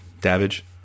Davidge